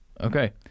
Okay